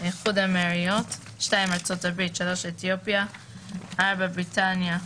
איחוד האמירויות, ארצות הברית, אתיופיה, בריטניה,